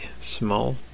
small